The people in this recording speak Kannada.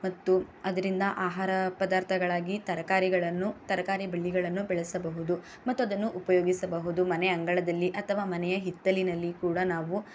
ಮತ್ತು ಅದರಿಂದ ಆಹಾರ ಪದಾರ್ಥಗಳಾಗಿ ತರಕಾರಿಗಳನ್ನು ತರಾಕಾರಿ ಬೆಳ್ಳಿಗಳನ್ನು ಬೆಳೆಸಬಹುದು ಮತ್ತು ಅದನ್ನು ಉಪಯೋಗಿಸಬಹುದು ಮನೆಯ ಅಂಗಳದಲ್ಲಿ ಅಥವಾ ಮನೆಯ ಹಿತ್ತಲಿನಲ್ಲಿ ಕೂಡ ನಾವು